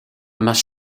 must